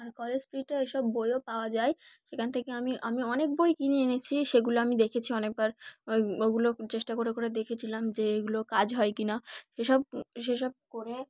আর college স্ট্রিটে এসব বইও পাওয়া যায় সেখান থেকে আমি আমি অনেক বই কিনে এনেছি সেগুলো আমি দেখেছি অনেকবার ওই ওগুলো চেষ্টা করে করে দেখেছিলাম যে এগুলো কাজ হয় কি না সেসব সেসব করে